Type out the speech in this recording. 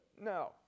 No